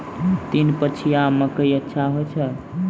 तीन पछिया मकई अच्छा होय छै?